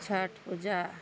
Chhath Puja